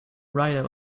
right